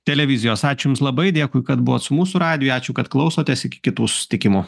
televizijos ačiū jums labai dėkui kad buvot su mūsų radiju ačiū kad klausotės iki kitų susitikimų